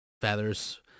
feathers